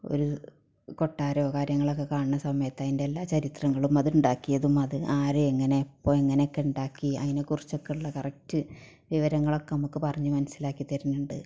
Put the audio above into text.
ഓര് കൊട്ടാരോ കാര്യങ്ങളൊക്കെ കാണുന്ന സമയത്ത് അതിൻ്റെ എല്ലാ ചരിത്രങ്ങളും അത് ഉണ്ടാക്കിയതും അത് ആര് എങ്ങനെ എപ്പോൾ എങ്ങനെ ഒക്കെ ഉണ്ടാക്കി അതിനെ കുറിച്ചൊക്കെ ഉള്ള കറക്റ്റ് വിവരങ്ങളൊക്കെ നമ്മൾക്ക് പറഞ്ഞ് മനസ്സിലാക്കി തരണുണ്ട്